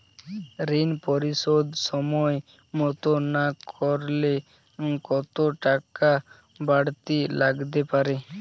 ঋন পরিশোধ সময় মতো না করলে কতো টাকা বারতি লাগতে পারে?